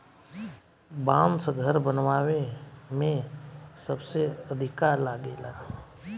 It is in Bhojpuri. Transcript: बांस घर बनावे में सबसे अधिका लागेला